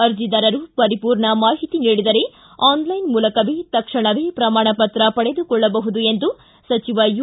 ಅರ್ಜಿದಾರರು ಪರಿಪೂರ್ಣ ಮಾಹಿತಿ ನೀಡಿ ಆನ್ಲೈನ್ ಮೂಲಕವೇ ತಕ್ಷಣವೇ ಪ್ರಮಾಣ ಪತ್ರ ಪಡೆದುಕೊಳ್ಳಬಹುದು ಎಂದು ಸಚಿವ ಯು